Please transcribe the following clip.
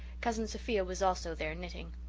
cousin sophia was also there, knitting.